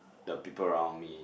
the people around me